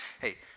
Hey